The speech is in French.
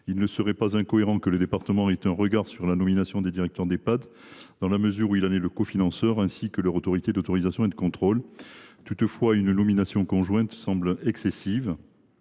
Il ne serait pas incohérent que le département ait un droit de regard sur la nomination des directeurs d’Ehpad, dans la mesure où il en est le cofinanceur, de même qu’il est leur autorité d’autorisation et de contrôle. Toutefois, une nomination conjointe semble excessive.